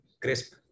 crisp